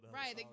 right